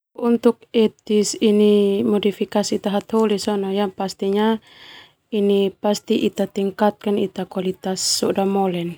Untuk etis ini modifikasi ita hataholi sona pasti ita tingkatkan ita kualitas soda molek.